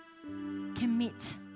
Commit